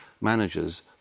managers